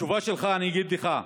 התשובה שלך, אני אגיד לך,